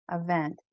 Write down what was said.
event